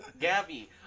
Gabby